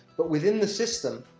but within the system,